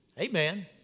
Amen